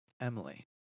Emily